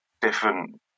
different